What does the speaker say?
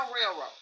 Railroad